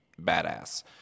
badass